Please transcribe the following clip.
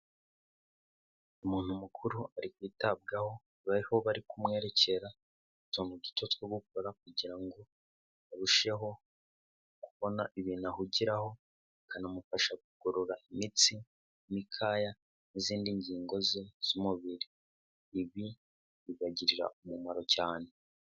Umuntu mukuru ari kwitabwaho, aho bari kumwerekera utuntu duto two gukora kugira ngo arusheho kubona ibintu ahugiraho bikanamufasha kugorora imitsi, imikaya n'izindi ngingo ze z'umubiri. Ibi bibagirira umumaro cyane.